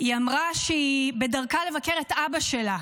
היא אמרה שהיא בדרכה לבקר את אבא שלה,